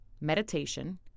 meditation